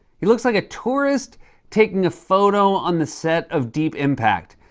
he looks like a tourist taking a photo on the set of deep impact.